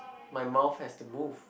my mum has to move